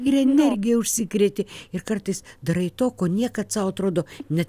ir energija užsikreti ir kartais darai to ko niekad sau atrodo net